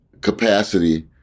capacity